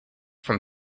from